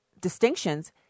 distinctions